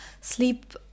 sleep